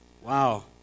Wow